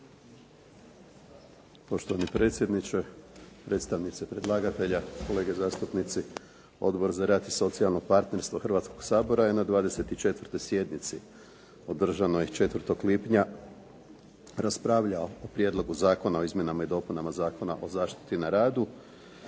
Poštovani predsjedniče, predstavnici predlagatelja, kolege zastupnici. Odbor za rad i socijalno partnerstvo Hrvatskoga sabora je na 24. sjednici održanoj 4. lipnja raspravljao o Prijedlogu zakona o izmjenama i dopunama Zakona o zaštiti na radu.